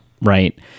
Right